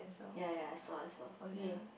ya ya I saw I saw okay